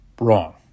wrong